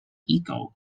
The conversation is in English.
ego